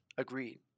Agreed